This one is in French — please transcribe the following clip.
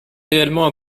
réellement